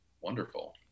wonderful